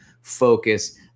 focus